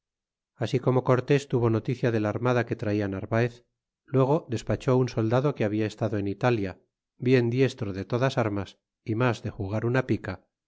ast como cortés tuvo noticia del armada que traia narvaez luego despachó un soldado que habia estado en italia bien diestro de todas armas y mas de jugar una pica